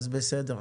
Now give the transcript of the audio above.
אז, בסדר.